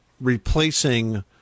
replacing